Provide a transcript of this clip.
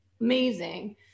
amazing